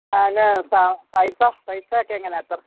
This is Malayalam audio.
പിന്നെ സ പൈസ പൈസയയൊക്കെ എങ്ങനെയാണ് എത്ര